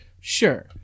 Sure